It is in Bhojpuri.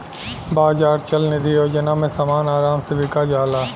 बाजार चल निधी योजना में समान आराम से बिका जाला